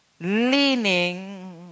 Leaning